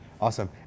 Awesome